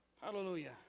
Hallelujah